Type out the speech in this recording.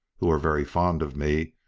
who are very fond of me,